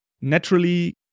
naturally